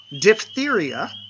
diphtheria